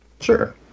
Sure